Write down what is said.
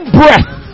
breath